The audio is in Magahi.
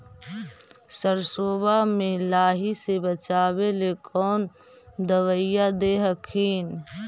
सरसोबा मे लाहि से बाचबे ले कौन दबइया दे हखिन?